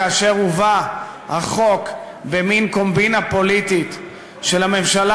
כאשר הובא החוק במין קומבינה פוליטית של הממשלה